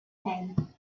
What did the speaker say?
came